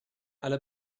alle